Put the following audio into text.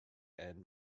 anne